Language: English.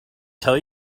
tell